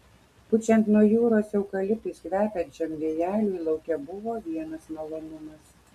pučiant nuo jūros eukaliptais kvepiančiam vėjeliui lauke buvo vienas malonumas